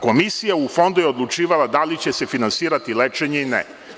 Komisija u Fondu je odlučivala da li će se finansirati lečenje ili ne.